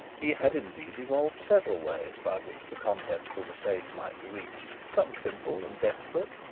he had, indeed, evolved several ways by which the contents of the safes might be reached, some simple and desperate,